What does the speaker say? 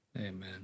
Amen